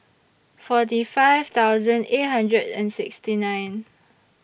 forty five thousand eight hundred and sixty nine